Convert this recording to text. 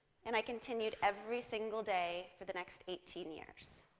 and i continued every single day for the next eighteen years.